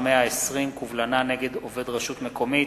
120) (קובלנה נגד עובד רשות מקומית),